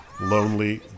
Lonely